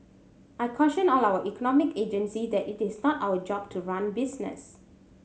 I caution all our economic agencies that it is not our job to run business